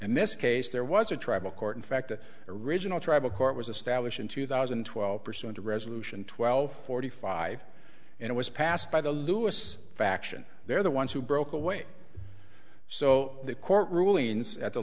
and this case there was a tribal court in fact the original tribal court was a stablish in two thousand and twelve percent a resolution twelve forty five and it was passed by the lewis faction they're the ones who broke away so the court rulings at the